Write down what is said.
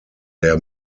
der